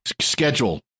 schedule